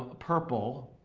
ah purple,